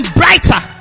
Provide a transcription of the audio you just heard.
brighter